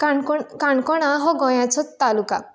काणकोण काणकोणा हो गोंयाचो तालूका